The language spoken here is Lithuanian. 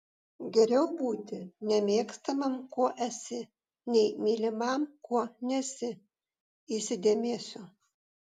geriau būti nemėgstamam kuo esi nei mylimam kuo nesi įsidėmėsiu